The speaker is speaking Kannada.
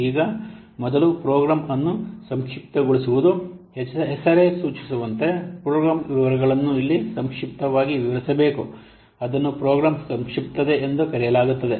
ಈಗ ಮೊದಲು ಪ್ರೋಗ್ರಾಂಅನ್ನುಸಂಕ್ಷಿಪ್ತಗೊಳಿಸುವುದು ಹೆಸರೇ ಸೂಚಿಸುವಂತೆ ಪ್ರೋಗ್ರಾಂ ವಿವರಗಳನ್ನು ಇಲ್ಲಿ ಸಂಕ್ಷಿಪ್ತವಾಗಿ ವಿವರಿಸಬೇಕು ಅದನ್ನು ಪ್ರೋಗ್ರಾಂ ಸಂಕ್ಷಿಪ್ತತೆ ಎಂದು ಕರೆಯಲಾಗುತ್ತದೆ